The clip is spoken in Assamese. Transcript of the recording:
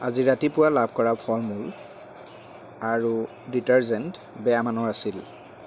আজি ৰাতিপুৱা লাভ কৰা ফল মূল আৰু ডিটাৰজেণ্ট বেয়া মানৰ আছিল